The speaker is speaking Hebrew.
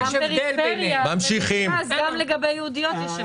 גם פרפריה לגבי נשים יהודיות.